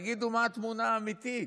תגידו מה התמונה האמיתית.